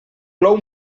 plou